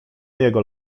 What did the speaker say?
jego